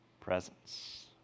presence